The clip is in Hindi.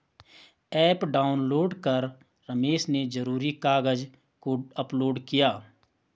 ऐप डाउनलोड कर रमेश ने ज़रूरी कागज़ को अपलोड किया